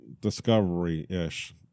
Discovery-ish